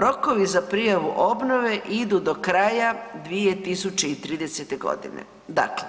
Rokovi za prijavu obnove idu do kraja 2030.g. Dakle,